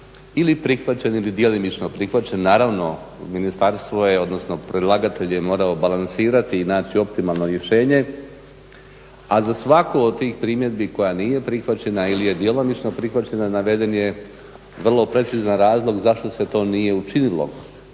ili prihvaćen ili djelomično prihvaćen. Naravno, predlagatelj je morao balansirati i naši optimalno rješenje, a za svaku od tih primjedbi koja nije prihvaćena ili je djelomično prihvaćena naveden je vrlo precizan razlog zašto se to nije učinilo.